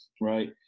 right